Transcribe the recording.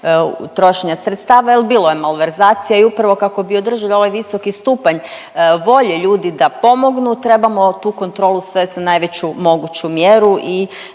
trošenja sredstava jel bilo je malverzacija i upravo kako bi održali ovaj visoki stupanj volje ljudi da pomognu trebamo tu kontrolu svest na najveću moguću mjeru i